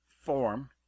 form